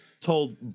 told